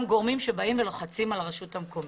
גורמים שבאים ולוחצים על הרשות המקומית.